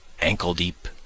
ankle-deep